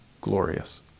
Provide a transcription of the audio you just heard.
glorious